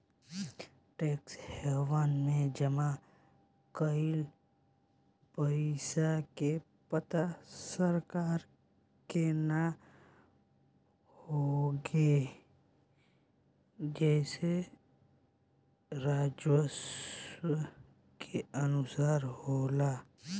tax haven में जमा कइल पइसा के पता सरकार के ना लागे जेसे राजस्व के नुकसान होला